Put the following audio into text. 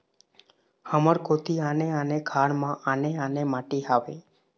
हमर कोती आने आने खार म आने आने माटी हावे?